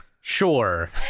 Sure